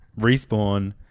Respawn